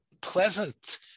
pleasant